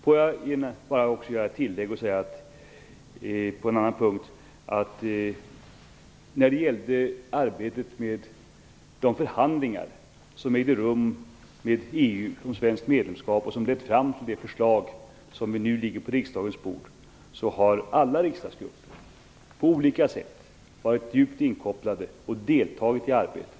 Låt mig också göra ett tillägg på en annan punkt. När det gäller de förhandlingar om svenskt medlemskap i EU som lett fram till det förslag som nu ligger på riksdagens bord har alla riksdagsgrupper, på olika sätt, varit djupt inkopplade och deltagit i arbetet.